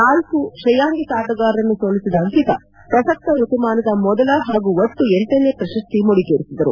ನಾಲ್ಕು ಶ್ರೇಯಾಂಕಿತ ಆಟಗಾರರನ್ನು ಸೋಲಿಸಿದ ಅಂಕಿತಾ ಪ್ರಸಕ್ತ ಋತುಮಾನದ ಮೊದಲ ಹಾಗೂ ಒಟ್ಟು ಎಂಟನೇ ಪ್ರಶಸ್ತಿ ಮುಡಿಗೇರಿಸಿದರು